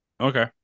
Okay